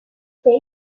state